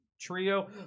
trio